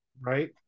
right